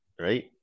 right